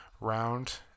round